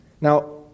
Now